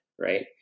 right